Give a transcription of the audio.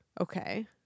Okay